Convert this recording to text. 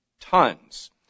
tons